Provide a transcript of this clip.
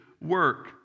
work